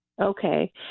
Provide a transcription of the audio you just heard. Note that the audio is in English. Okay